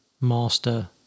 master